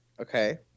Okay